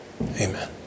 Amen